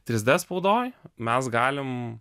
trys d spaudoj mes galim